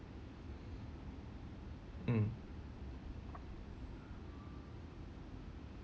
mm